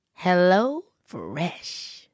HelloFresh